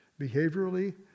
behaviorally